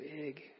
big